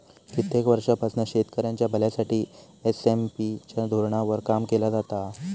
कित्येक वर्षांपासना शेतकऱ्यांच्या भल्यासाठी एस.एम.पी च्या धोरणावर काम केला जाता हा